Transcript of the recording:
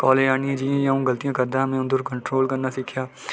ते कॉलेज आने दे बाद जि'नें पर अं'ऊ गलतियां करदा में उ'नें पर कंट्रोल करना सिक्खेआ